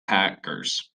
hackers